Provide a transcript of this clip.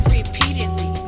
repeatedly